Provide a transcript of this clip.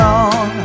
on